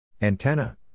Antenna